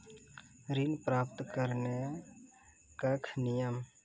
ऋण प्राप्त करने कख नियम?